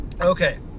Okay